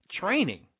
training